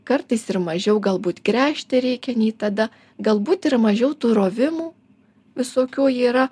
kartais ir mažiau galbūt gręžti reikia nei tada galbūt ir mažiau tų rovimų visokių yra